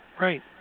Right